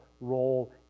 role